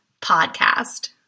podcast